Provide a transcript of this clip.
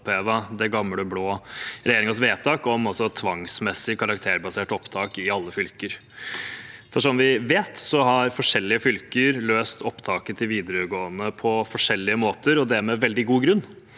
opphevet den gamle, blå regjeringens vedtak om tvangsmessig karakterbasert opptak i alle fylker. Som vi vet, har forskjellige fylker løst opptaket til videregående på forskjellige måter – og det med veldig god grunn.